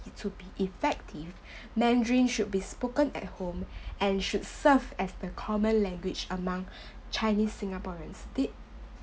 it to be effective mandarin should be spoken at home and should serve as the common language among chinese singaporeans they